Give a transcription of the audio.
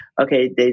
okay